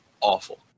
awful